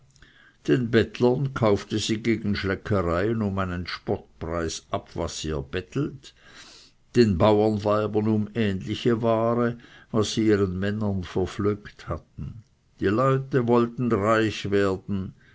den bettlern kaufte sie gegen schleckereien um einen spottpreis ab was sie erbettelt den bauernweibern um ähnliche ware was sie ihren männern verflöckt hatten die leute wollten reich werden